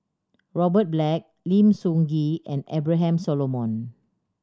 Robert Black Lim Soo Ngee and Abraham Solomon